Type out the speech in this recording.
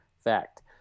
Fact